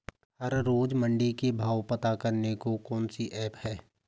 हर रोज़ मंडी के भाव पता करने को कौन सी ऐप है?